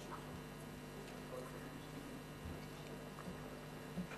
בבקשה.